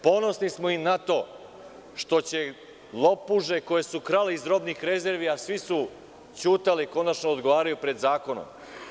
Ponosni smo i na to što će lopuže koje su krale iz robnih rezervi, a svi su ćutali, konačno da odgovaraju pred zakonom.